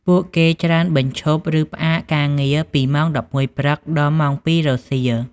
ពួកគេច្រើនបញ្ឈប់ ឬផ្អាកការងារពីម៉ោង១១ព្រឹក ដល់ ម៉ោង២ រសៀល។